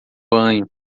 banho